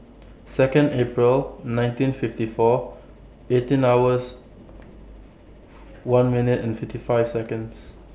Second April nineteen fifty four eighteen hours one minutes and fifty five Seconds